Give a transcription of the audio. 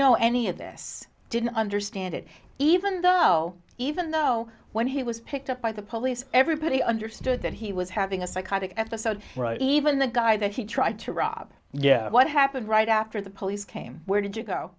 know any of this didn't understand it even though even though when he was picked up by the police everybody understood that he was having a psychotic episode even the guy that he tried to rob yeah what happened right after the police came where did you go